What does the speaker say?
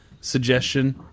Suggestion